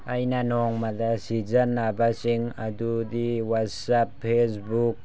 ꯑꯩꯅ ꯅꯣꯡꯃꯗ ꯁꯤꯖꯤꯟꯅꯕꯁꯤꯡ ꯑꯗꯨꯗꯤ ꯋꯥꯠꯆꯞ ꯐꯦꯁꯕꯨꯛ